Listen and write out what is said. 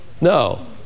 No